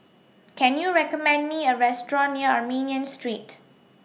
Can YOU recommend Me A Restaurant near Armenian Street